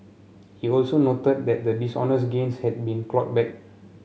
he also noted that the dishonest gains had been clawed back